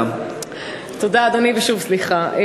תודה, אדוני, ושוב סליחה.